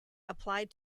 applied